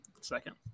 second